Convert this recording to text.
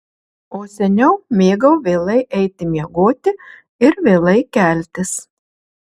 o seniau mėgau vėlai eiti miegoti ir vėlai keltis